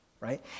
Right